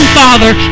father